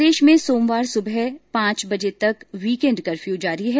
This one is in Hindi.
प्रदेश में सोमवार सुबह पांच बजे तक वीकेंड कर्फ्यू जारी है